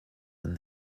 and